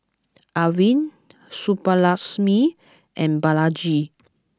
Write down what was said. Arvind Subbulakshmi and Balaji